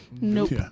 Nope